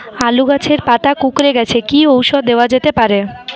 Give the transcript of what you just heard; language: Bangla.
আলু গাছের পাতা কুকরে গেছে কি ঔষধ দেওয়া যেতে পারে?